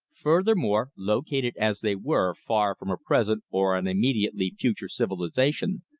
furthermore, located as they were far from a present or an immediately future civilization,